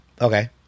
Okay